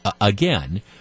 again